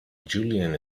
julien